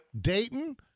Dayton